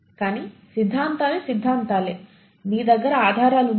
కానీ సిద్ధాంతాలు సిద్ధాంతాలే మీ దగ్గర ఆధారాలు ఉన్నాయా